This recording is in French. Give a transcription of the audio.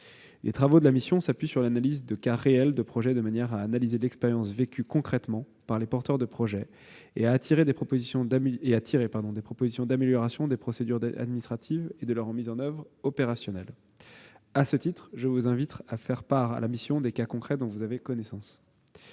Les travaux de la mission s'appuient sur l'examen de cas réels, de manière à analyser l'expérience vécue concrètement par les porteurs de projets et à tirer des propositions d'amélioration des procédures administratives et de leur mise en oeuvre opérationnelle. À ce titre, je vous invite à faire part à la mission des cas concrets dont vous avez connaissance.